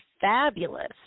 fabulous